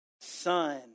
Son